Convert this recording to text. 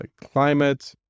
climate